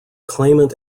claimant